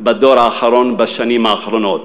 בדור האחרון, בשנים האחרונות.